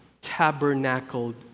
tabernacled